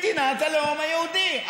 מדינת הלאום היהודי.